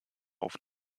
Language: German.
auf